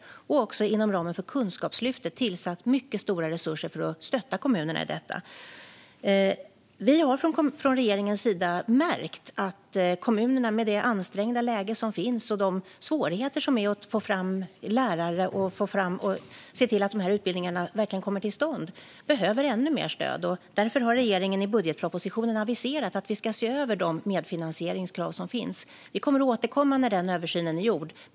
Vi har också inom ramen för Kunskapslyftet tillsatt mycket stora resurser för att stötta kommunerna i detta. Vi har från regeringens sida märkt att kommunerna för att de ska kunna se till att de här utbildningarna verkligen kommer till stånd, med det ansträngda läge som råder och svårigheterna att få fram lärare, behöver ännu mer stöd. Därför har regeringen i budgetpropositionen aviserat att vi ska se över de medfinansieringskrav som finns. Vi kommer att återkomma när översynen är gjord.